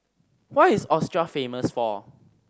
what is Austria famous for